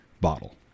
bottle